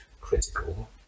critical